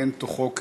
אין תוכו כברו.